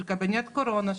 של קבינט הקורונה,